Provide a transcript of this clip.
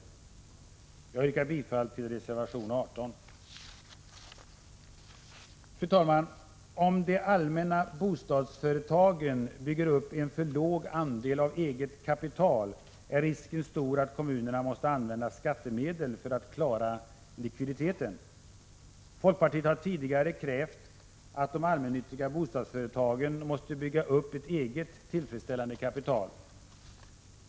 79 Jag yrkar bifall till reservation 18. Fru talman! Om de allmännyttiga bostadsföretagen bygger upp en för låg andel av eget kapital är risken stor att kommunerna måste använda skattemedel för att klara likviditeten. Folkpartiet har tidigare krävt att de allmännyttiga bostadsföretagen måste bygga upp ett eget tillfredsställande kapital.